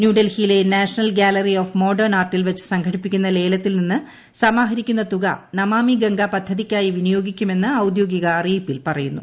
ന്യൂഡൽഹിയിലെ national gallery of modern ആർട്ടിൽ വച്ച് സംഘടിപ്പിക്കുന്നു ലേല്തിൽ നിന്ന് സമാഹരിക്കുന്ന തുക നമാമി ഗംഗാ പദ്ധതിയ്ക്കായി വിനിയോഗിക്കുമെന്ന് ഔദ്യോഗിക അറിയിപ്പിൽ പറയുന്നു